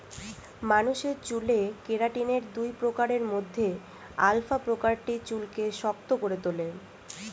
মানুষের চুলে কেরাটিনের দুই প্রকারের মধ্যে আলফা প্রকারটি চুলকে শক্ত করে তোলে